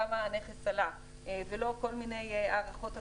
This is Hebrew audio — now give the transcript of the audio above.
כמה הנכס עלה ולא כל מיני הערכות אחרות.